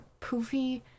poofy